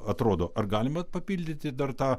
atrodo ar galima papildyti dar tą